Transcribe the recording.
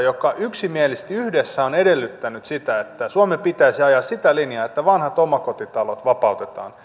joka yksimielisesti yhdessä on edellyttänyt sitä että suomen pitäisi ajaa sitä linjaa että vanhat omakotitalot vapautetaan